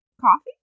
coffee